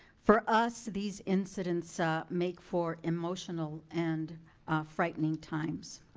for us, these incidents ah make for emotional and frightening times.